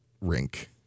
rink